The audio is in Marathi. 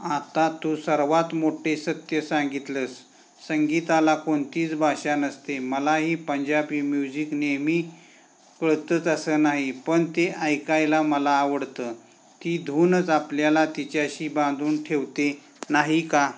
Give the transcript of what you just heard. आता तू सर्वात मोठे सत्य सांगितलं आहेस संगीताला कोणतीच भाषा नसते मला ही पंजाबी म्युझिक नेहमी कळतंच असं नाही पण ते ऐकायला मला आवडतं ती धूनच आपल्याला तिच्याशी बांधून ठेवते नाही का